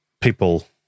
people